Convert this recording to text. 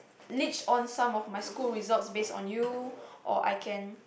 leech on some of my school results based on you